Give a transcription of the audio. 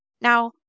Now